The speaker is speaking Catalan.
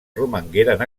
romangueren